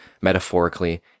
metaphorically